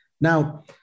Now